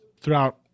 throughout